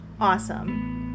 awesome